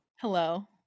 Hello